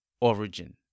origin